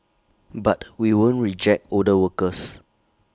but we won't reject older workers